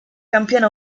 campione